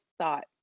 thought